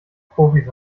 profis